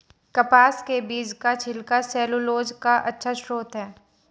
कपास के बीज का छिलका सैलूलोज का अच्छा स्रोत है